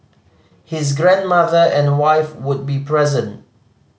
his grandmother and wife would be present